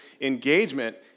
engagement